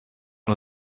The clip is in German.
nur